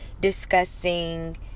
discussing